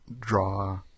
draw